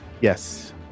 yes